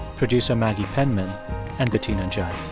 producer maggie penman and bettina judd